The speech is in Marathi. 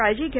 काळजी घ्या